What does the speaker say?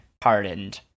pardoned